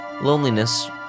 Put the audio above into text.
loneliness